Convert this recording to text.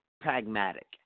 pragmatic